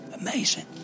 Amazing